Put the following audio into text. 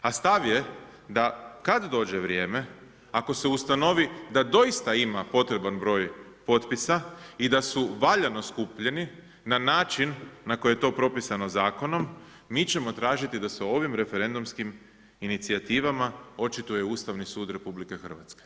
A stav je da kad dođe vrijeme, ako se ustanovi da doista ima potreban broj potpisa i da su valjano skupljeni na način na koji je to propisano Zakonom, mi ćemo tražiti da se o ovim referendumskim inicijativama očituje Ustavni sud RH.